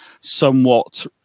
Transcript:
somewhat